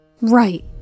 Right